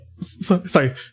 sorry